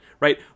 right